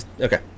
Okay